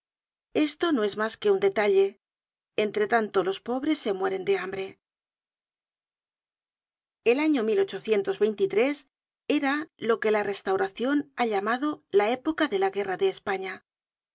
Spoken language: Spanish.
esto no es mas que un detalle entre tanto los pobres se mueren de hambre content from google book search generated at el año era lo que la restauraciotí ha llamado la época de la guerra de españa